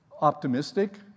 optimistic